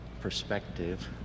perspective